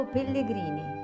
Pellegrini